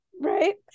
Right